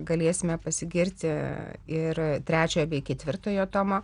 galėsime pasigirti ir trečiojo bei ketvirtojo tomo